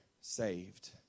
saved